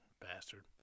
Bastard